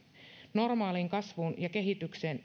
normaaliin kasvuun ja kehitykseen